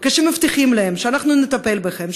ושמבטיחים להם: אנחנו נטפל בכם,